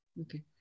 Okay